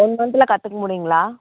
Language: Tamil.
ஒன் மந்த்தில் கற்றுக்க முடியுங்களா